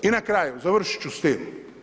I na kraju, završit ću s tim.